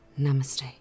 Namaste